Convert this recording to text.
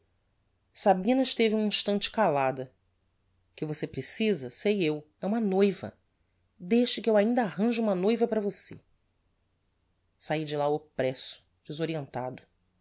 sabina esteve um instante calada o que você precisa sei eu é uma noiva deixe que eu ainda arranjo uma noiva para você saí de lá oppresso desorientado